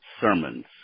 sermons